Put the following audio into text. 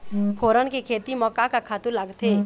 फोरन के खेती म का का खातू लागथे?